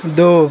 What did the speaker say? दो